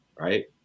Right